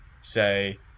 say